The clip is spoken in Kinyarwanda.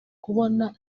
kubona